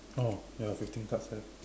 oh ya fifteen cards left